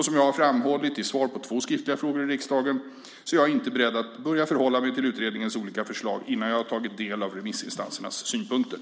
Som jag har framhållit i svar på två skriftliga frågor i riksdagen är jag inte beredd att börja förhålla mig till utredningens olika förslag innan jag har tagit del av remissinstansernas synpunkter.